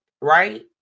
right